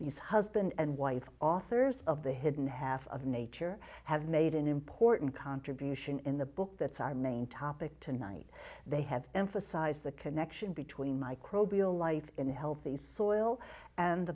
these husband and wife authors of the hidden half of nature have made an important contribution in the book that's our main topic tonight they have emphasized the connection between microbial life in healthy soil and